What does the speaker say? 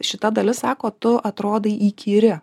šita dalis sako tu atrodai įkyri